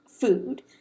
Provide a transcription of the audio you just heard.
food